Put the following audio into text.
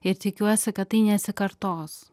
ir tikiuosi kad tai nesikartos